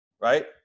right